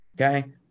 okay